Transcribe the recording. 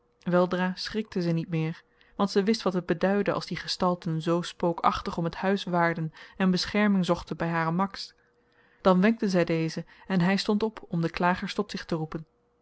weldra schrikte ze niet meer want ze wist wat het beduidde als die gestalten zoo spookachtig om t huis waarden en bescherming zochten by haren max dan wenkte zy dezen en hy stond op om de klagers tot zich te roepen